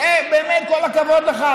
באמת כל הכבוד לך,